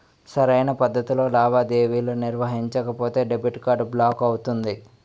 సరైన పద్ధతిలో లావాదేవీలు నిర్వహించకపోతే డెబిట్ కార్డ్ బ్లాక్ అవుతుంది